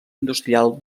industrial